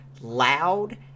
loud